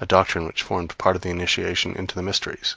a doctrine which formed part of the initiation into the mysteries.